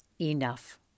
enough